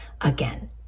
again